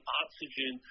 oxygen